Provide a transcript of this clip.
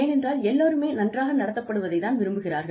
ஏனென்றால் எல்லோருமே நன்றாக நடத்தப்படுவதை தான் விரும்புகிறார்கள்